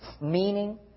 Meaning